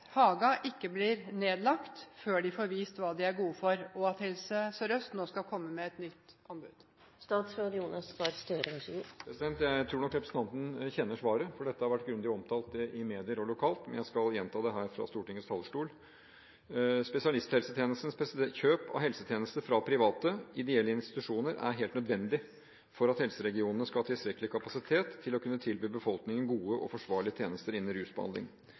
Helse Sør-Øst nå skal komme med et nytt anbud?» Jeg tror nok representanten kjenner svaret, for dette har vært grundig omtalt i medier lokalt. Men jeg skal gjenta det her fra Stortingets talerstol. Spesialisthelsetjenestens kjøp av helsetjenester fra private, ideelle institusjoner er helt nødvendig for at helseregionene skal ha tilstrekkelig kapasitet til å kunne tilby befolkningen gode og forsvarlige tjenester innenfor rusbehandling.